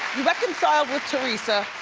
reconciled with teresa,